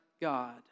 God